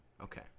okay